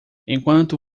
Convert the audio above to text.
enquanto